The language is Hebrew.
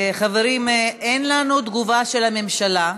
חברים, אין לנו תגובה של הממשלה,